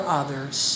others